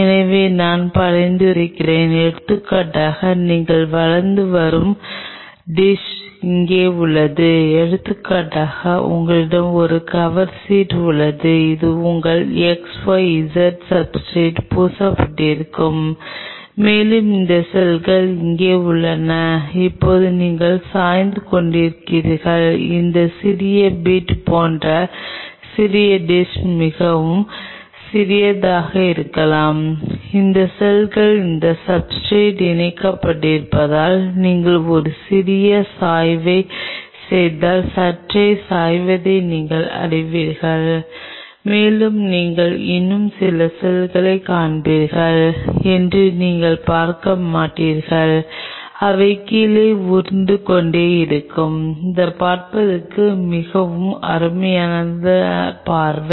எனவே நான் பரிந்துரைக்கிறேன் எடுத்துக்காட்டாக நீங்கள் வளர்ந்து வரும் டிஷ் இங்கே உள்ளது எடுத்துக்காட்டாக உங்களிடம் ஒரு கவர் சீட்டு உள்ளது இது உங்கள் XYZ சப்ஸ்ர்டேட் பூசப்பட்டிருக்கிறது மேலும் இந்த செல்கள் இங்கே உள்ளன இப்போது நீங்கள் சாய்ந்து கொண்டிருக்கிறீர்கள் இந்த சிறிய பிட் போன்ற சிறிய டிஷ் மிகவும் சிறியதாக இருக்கலாம் இந்த செல்கள் அந்த சப்ஸ்ர்டேட் இணைக்கப்பட்டிருந்தால் நீங்கள் ஒரு சிறிய சாய்வைச் செய்தால் சற்றே சாய்வதை நீங்கள் அறிவீர்கள் மேலும் நீங்கள் இன்னும் சில செல்களைக் காண்பீர்கள் என்று நீங்கள் பார்க்க மாட்டீர்கள் அவை கீழே உருண்டு கொண்டே இருக்கும் இது பார்ப்பதற்கு மிகவும் அருமையான பார்வை